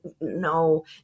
no